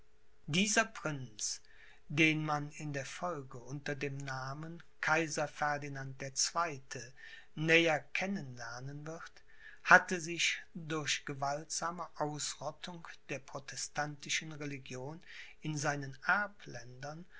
dieser prinz den man in der folge unter dem namen kaiser ferdinand der zweite näher kennen lernen wird hatte sich durch gewaltsame ausrottung der protestantischen religion in seinen